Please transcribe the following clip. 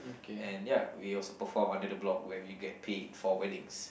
and yup we also perform under the block where we get paid for weddings